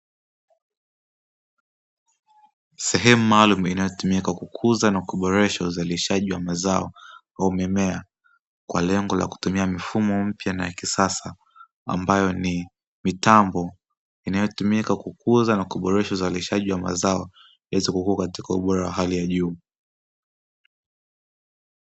Sehemu maalum inatumika kukuza na kuboresha uzalishaji wa mazao au mimea kwa lengo la kutumia mifumo mpya na ya kisasa ambayo ni mitambo inayotumika kukuza na kuboresha uzalishaji wa mazao yaweze kuku katika ubora wa hali ya juu